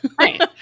right